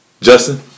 Justin